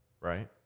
right